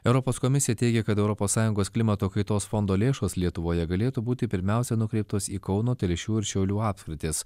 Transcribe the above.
europos komisija teigia kad europos sąjungos klimato kaitos fondo lėšos lietuvoje galėtų būti pirmiausia nukreiptos į kauno telšių ir šiaulių apskritis